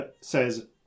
says